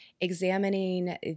examining